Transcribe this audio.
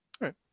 right